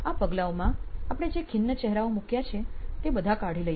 આ પગલાંઓ માં આપણે જે ખિન્ન ચહેરાઓ મૂક્યા છે તે બધા કાઢી લઈએ